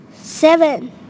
Seven